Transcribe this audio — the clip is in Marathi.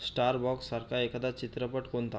स्टार वॉकसारखा एखादा चित्रपट कोणता